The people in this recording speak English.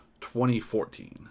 2014